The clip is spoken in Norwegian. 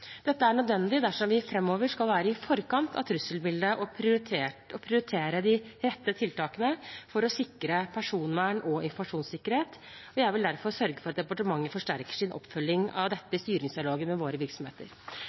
Dette er nødvendig dersom vi framover skal være i forkant av trusselbildet og prioritere de rette tiltakene for å sikre personvern og informasjonssikkerhet. Jeg vil derfor sørge for at departementet forsterker sin oppfølging av dette i styringsdialogen med våre virksomheter.